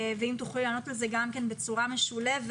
ואם תוכלי לענות על זה בצורה משולבת,